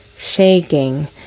Shaking